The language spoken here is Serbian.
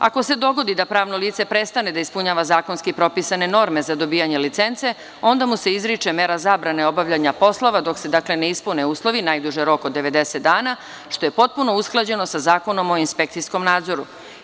Ako se dogodi da pravno lice prestane da ispunjava zakonski propisane norme za dobijanje licence, onda mu se izriče mera zabrane obavljanja poslova dok se ne ispune uslove, najduži je rok od 90 dana, što je potpuno usklađeno sa Zakonom o inspekcijskom nadzoru.